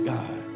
God